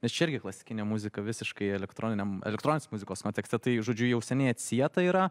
nes čia irgi klasikinė muzika visiškai elektroniniam elektroninės muzikos kontekste tai žodžiu jau seniai atsietai yra